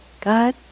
God